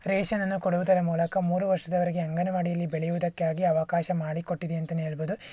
ration ಅನ್ನು ಕೊಡುವುದರ ಮೂಲಕ ಮೂರು ವರ್ಷದವರೆಗೆ ಅಂಗನವಾಡಿಯಲ್ಲಿ ಬೆಳೆಯುವುದಕ್ಕಾಗಿ ಅವಕಾಶ ಮಾಡಿಕೊಟ್ಟಿದೆ ಅಂತನೇ ಹೇಳ್ಬೊದು